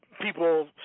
People